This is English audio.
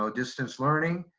so distance learning.